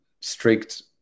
strict